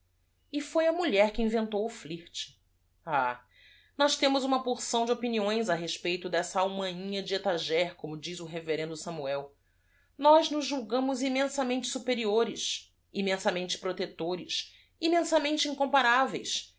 i a mulher que inventou o l i r t h nós temos uma porção de opiniões a respeito dessa alma i n h a d e etagére como diz o reve rendo amuel ós nos julgamos immensamente superiores immen samente piotectores iinmensanien te incomparaveis